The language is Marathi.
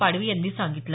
पाडवी यांनी सांगितलं